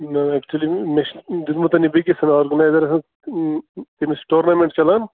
نہَ اٮ۪کچُؤلی مےٚ چھُنہٕ دیُتمُت یہِ بیٚیِس آرگنزٲر ہُنٛد تٔمِس چھُ ٹورنامٮ۪نٛٹ چَلان